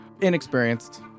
Inexperienced